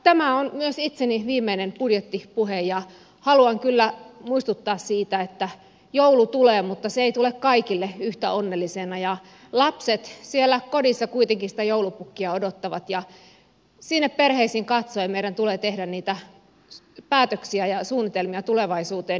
tämä on myös minun viimeinen budjettipuheeni ja haluan kyllä muistuttaa siitä että joulu tulee mutta se ei tule kaikille yhtä onnellisena ja lapset siellä kodissa kuitenkin sitä joulupukkia odottavat ja sinne perheisiin katsoen meidän tulee tehdä niitä päätöksiä ja suunnitelmia tulevaisuuteen